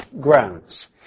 grounds